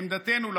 עמדתנו,